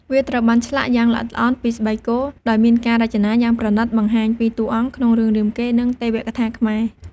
វាត្រូវបានឆ្លាក់យ៉ាងល្អិតល្អន់ពី ស្បែកគោ ដោយមានការរចនាយ៉ាងប្រណិតបង្ហាញពីតួអង្គក្នុងរឿងរាមកេរ្តិ៍ និងទេវកថាខ្មែរ។